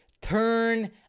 turn